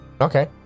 okay